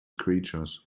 creatures